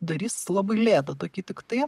darys labai lėtą tokį tiktai